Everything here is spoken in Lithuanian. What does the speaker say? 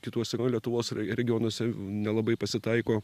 kituose lietuvos regionuose nelabai pasitaiko